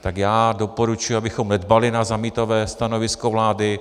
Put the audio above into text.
Tak já doporučuji, abychom nedbali na zamítavé stanovisko vlády.